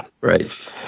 Right